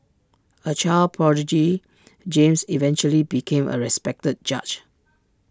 A child prodigy James eventually became A respected judge